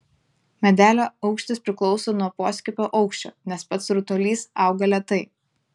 medelio aukštis priklauso nuo poskiepio aukščio nes pats rutulys auga lėtai